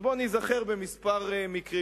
בואו ניזכר בכמה מקרים,